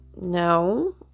no